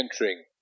entering